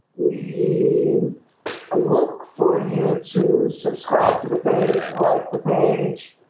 we look for you to subscribe to the page like the page